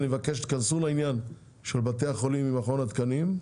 אני מבקש שתיכנסו לעניין של בתי החולים עם מכון התקנים.